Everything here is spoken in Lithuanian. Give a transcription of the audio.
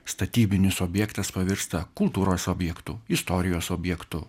statybinis objektas pavirsta kultūros objektu istorijos objektu